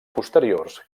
posteriors